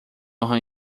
honra